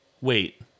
wait